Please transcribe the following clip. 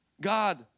god